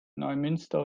neumünster